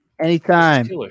Anytime